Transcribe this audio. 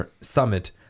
summit